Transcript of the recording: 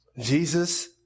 Jesus